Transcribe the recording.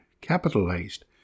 capitalized